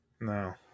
no